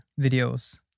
videos